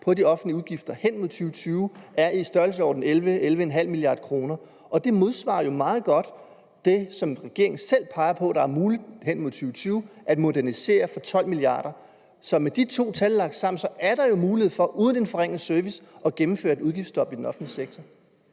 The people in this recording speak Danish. på de offentlige udgifter hen imod 2020 er i størrelsesordenen 11-11,5 mia. kr., og at det jo meget godt modsvarer det, som regeringen selv peger på er muligt hen imod 2020, nemlig at modernisere for 12 mia. kr.? Så med de to tal lagt sammen er der jo mulighed for uden en forringet service at gennemføre et udgiftsstop i den offentlige sektor.